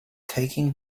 taking